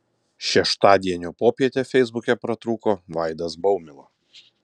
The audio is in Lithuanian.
šeštadienio popietę feisbuke pratrūko vaidas baumila